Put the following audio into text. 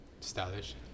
stylish